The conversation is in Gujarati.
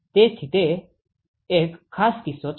તેથી તે એક ખાસ કિસ્સો છે